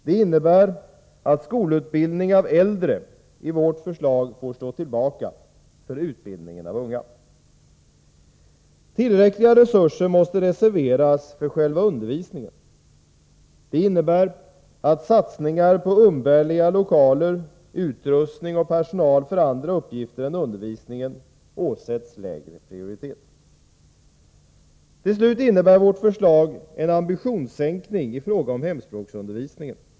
Det innebär att skolutbildning av äldre i vårt förslag får stå tillbaka för utbildningen av unga. Tillräckliga resurser måste vidare reserveras för själva undervisningen. Det innebär att satsningar på umbärliga lokaler, utrustning och personal för andra uppgifter än undervisningen åsätts lägre prioritet. Till slut innebär vårt förslag en ambitionssänkning i fråga om hemspråksundervisningen.